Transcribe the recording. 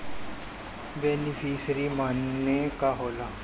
Beneficiary मने का होला?